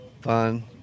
fun